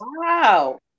Wow